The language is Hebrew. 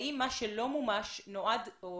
האם מה שלא מומש נועד או